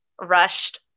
rushed